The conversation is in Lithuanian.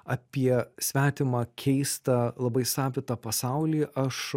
apie svetimą keistą labai savitą pasaulį aš